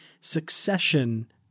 Succession